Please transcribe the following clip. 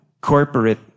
corporate